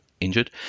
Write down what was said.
injured